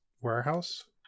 warehouse